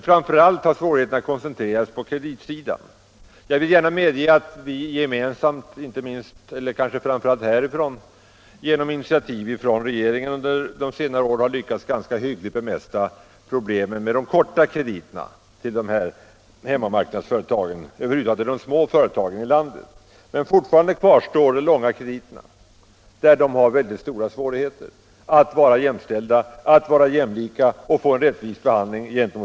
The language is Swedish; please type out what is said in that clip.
Framför allt har svårigheterna koncentrerats till kreditsidan. Jag vill gärna medge att vi gemensamt, kanske framför allt här i riksdagen, genom initiativ från regeringen under senare år har lyckats ganska hyggligt bemästra pro Näringspolitiken företagsfusioner 190 blemen med de korta krediterna till de små hemmamarknadsföretagen. Men fortfarande kvarstår problemet med de långa krediterna, där de små företagen har svårt att bli jämställda med de stora företagen och få en rättvis behandling.